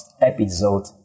episode